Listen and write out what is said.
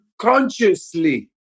consciously